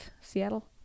Seattle